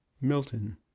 Milton